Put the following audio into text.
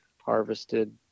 harvested